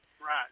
Right